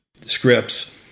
scripts